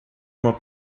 uma